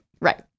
Right